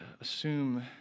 assume